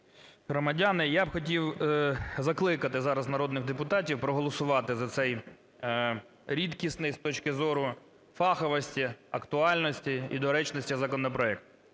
громадяни! Я б хотів закликати зараз народних депутатів проголосувати за цей, рідкісний з точки зору фаховості, актуальності і доречності законопроекту.